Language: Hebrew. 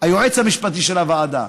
היועץ המשפטי של הוועדה.